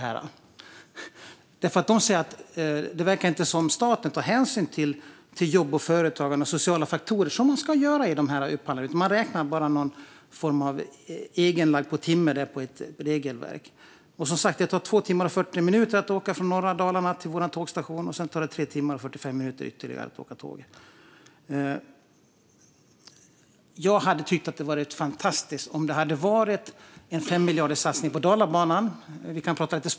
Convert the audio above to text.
Man menar att svenska staten inte tar hänsyn till jobb, företagande och sociala faktorer, vilket staten ska göra i dessa upphandlingar. I stället har staten lagt på en timme. Det tar 2 timmar och 40 minuter att åka från norra Dalarna till tågstationen och sedan 3 timmar och 45 minuter med tåg till Stockholm. Låt oss tala lite spår också. Det hade varit fantastiskt med en femmiljarderssatsning på Dalabanan.